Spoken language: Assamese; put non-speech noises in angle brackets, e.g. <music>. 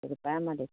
<unintelligible>